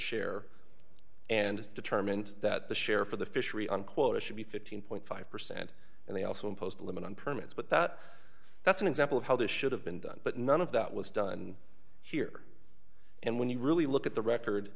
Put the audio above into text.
share and determined that the share for the fishery on quotas should be fifteen point five percent and they also imposed a limit on permits but that that's an example of how this should have been done but none of that was done here and when you really look at the record